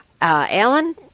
Alan